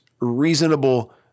reasonable